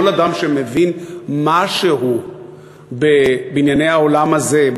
כל אדם שמבין משהו בענייני העולם הזה,